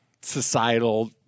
societal